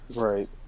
Right